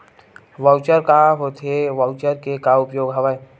Voucher का होथे voucher के का उपयोग हवय?